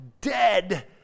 dead